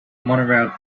monorail